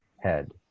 head